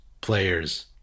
players